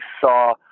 saw